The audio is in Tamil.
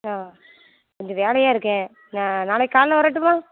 ஆ கொஞ்சம் வேலையாக இருக்கேன் நான் நாளைக்கி காலையில வரட்டுமா